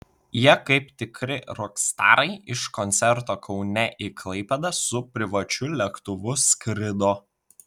jie kaip tikri rokstarai iš koncerto kaune į klaipėdą su privačiu lėktuvu skrido